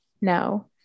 No